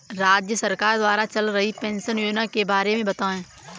राज्य सरकार द्वारा चल रही पेंशन योजना के बारे में बताएँ?